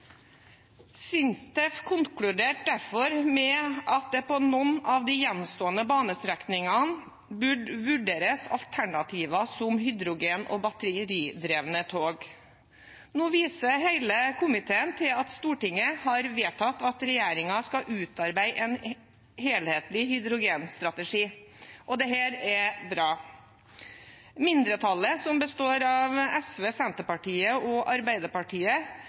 SINTEF konkluderte derfor med at det på noen av de gjenstående banestrekningene burde vurderes alternativer som hydrogen- og batteridrevne tog. Nå viser hele komiteen til at Stortinget har vedtatt at regjeringen skal utarbeide en helhetlig hydrogenstrategi. Det er bra. Mindretallet, som består av SV, Senterpartiet og Arbeiderpartiet,